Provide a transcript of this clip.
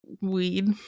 weed